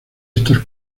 estos